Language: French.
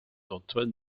antoine